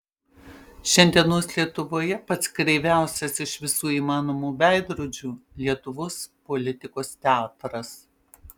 šiandienos lietuvoje pats kreiviausias iš visų įmanomų veidrodžių lietuvos politikos teatras